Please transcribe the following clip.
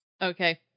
Okay